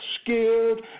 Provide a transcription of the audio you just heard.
scared